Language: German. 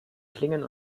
klingen